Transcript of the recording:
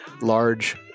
Large